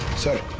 sir.